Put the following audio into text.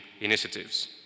initiatives